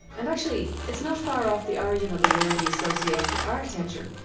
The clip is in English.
and actually, it's not far off the origin the word we associate with architecture.